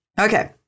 Okay